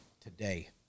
today